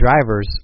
drivers